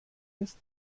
ist